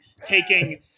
taking